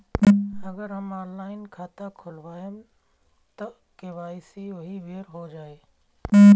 अगर हम ऑनलाइन खाता खोलबायेम त के.वाइ.सी ओहि बेर हो जाई